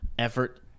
effort